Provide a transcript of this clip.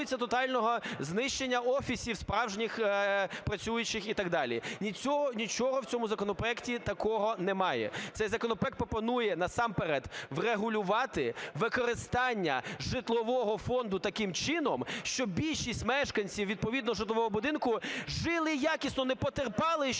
Нічого в цьому законопроекті такого немає. Цей законопроект пропонує, насамперед, врегулювати використання житлового фонду таким чином, щоб більшість мешканців відповідного житлового будинку жили якісно, не потерпали щодня в